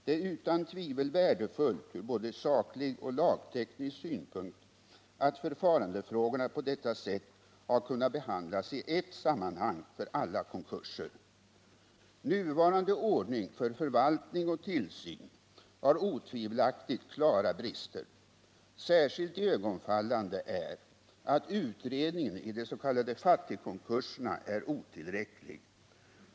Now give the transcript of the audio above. Det är utan tvivel värdefullt ur både saklig och lagteknisk synvinkel att förfarandefrågorna på detta sätt har kunnat behandlas i ett sammanhang för alla konkurser. Nuvarande ordning för förvaltning och tillsyn har otvivelaktigt klara brister. Särskilt iögonfallande är att utredningen i dess.k. fattigkonkurserna är otillräcklig.